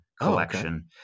collection